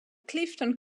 clifton